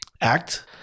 act